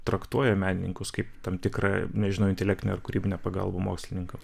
traktuoja menininkus kaip tam tikrą nežinau intelektinę ar kūrybinę pagalbą mokslininkams